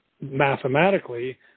mathematically